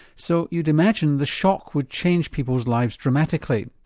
so you'd imagine the shock would change people's lives dramatically.